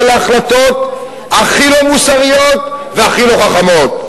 להחלטות הכי לא מוסריות והכי לא חכמות.